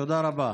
תודה רבה.